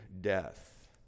death